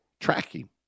tracking